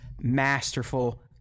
masterful